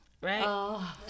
Right